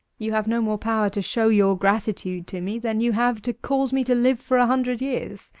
you have no more power to show your gratitude to me than you have to cause me to live for a hundred years.